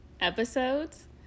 episodes